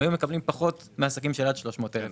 הם היו מקבלים פחות מן העסקים של עד 300,000 שקל,